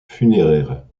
funéraire